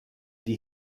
die